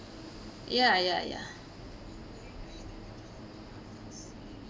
ya ya ya